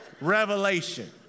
Revelation